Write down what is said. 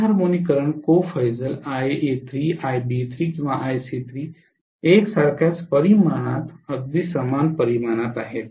तिसरा harmonic current को फेझल Ia3 Ib3 आणि Ic3 एकसारख्याच परिमाणात अगदी समान परिमाणात आहे